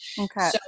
Okay